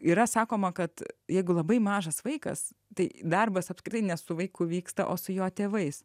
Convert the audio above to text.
yra sakoma kad jeigu labai mažas vaikas tai darbas apskritai ne su vaiku vyksta o su jo tėvais